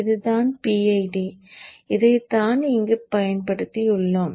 இதுதான் PID இதைத்தான் இங்கு பயன்படுத்தியுள்ளோம்